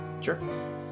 Sure